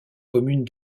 commune